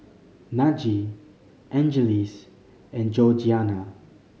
Najee Angeles and Georgianna